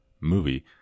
movie